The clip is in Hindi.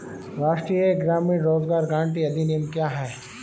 राष्ट्रीय ग्रामीण रोज़गार गारंटी अधिनियम क्या है?